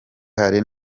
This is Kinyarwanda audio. hari